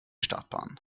startbahn